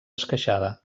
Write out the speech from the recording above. esqueixada